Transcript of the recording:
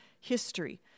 history